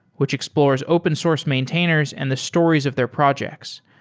which explores open source maintainers and the stories of their projects.